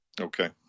Okay